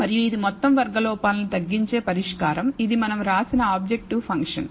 మరియు ఇది మొత్తం వర్గ లోపాలను తగ్గించే పరిష్కారం ఇది మనం వ్రాసిన ఆబ్జెక్టివ్ ఫంక్షన్